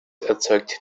erzeugt